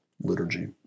liturgy